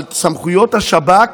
אבל סמכויות השב"כ,